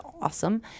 awesome